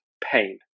pain